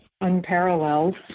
unparalleled